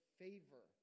favor